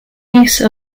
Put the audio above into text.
use